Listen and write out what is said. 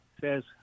says